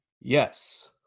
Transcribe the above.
yes